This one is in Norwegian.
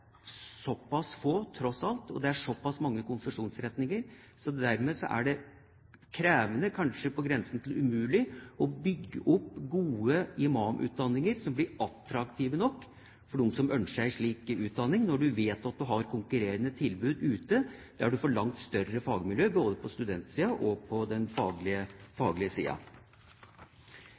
såpass lite, og det er såpass mange konfesjonsretninger. Dermed er det krevende, kanskje på grensen til umulig å bygge opp gode imamutdanninger som blir attraktive nok for dem som ønsker seg en slik utdanning, når du vet at du har konkurrerende tilbud ute der du får et langt større fagmiljø, også på